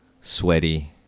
sweaty